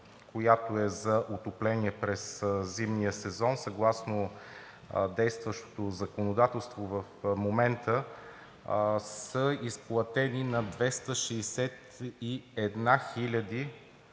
която е за отопление през зимния сезон съгласно действащото законодателство в момента – изплатени са на 261 хиляди